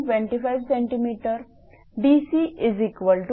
25 cm dc0